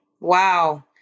Wow